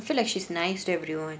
I feel like she's nice to everyone